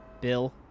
Bill